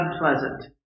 unpleasant